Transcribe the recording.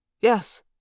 Yes